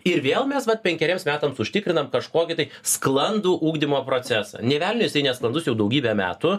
ir vėl mes vat penkeriems metams užtikrinam kažkokį tai sklandų ugdymo procesą nė velnio jisai nesklandus jau daugybę metų